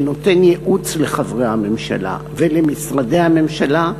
שנותן ייעוץ לחברי הממשלה ולמשרדי הממשלה,